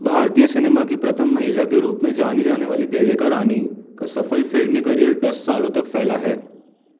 भारतीय सिनेमा की प्रथम महिला के रूप में जानी जाने वाली देविका रानी का सफ़ल फिल्मी कैरियर दस सालों तक फैला है